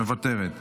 מוותרת.